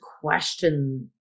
question